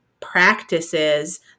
practices